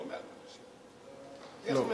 לא 150. איך 150?